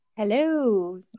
Hello